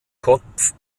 kopf